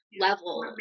level